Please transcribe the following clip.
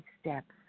steps